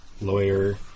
lawyer